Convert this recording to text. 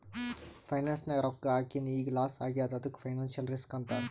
finance ನಾಗ್ ರೊಕ್ಕಾ ಹಾಕಿನ್ ಈಗ್ ಲಾಸ್ ಆಗ್ಯಾದ್ ಅದ್ದುಕ್ ಫೈನಾನ್ಸಿಯಲ್ ರಿಸ್ಕ್ ಅಂತಾರ್